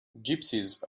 gypsies